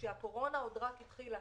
כשהקורונה רק התחילה,